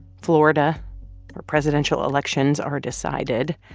florida or presidential elections are decided,